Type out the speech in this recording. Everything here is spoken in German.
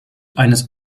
eines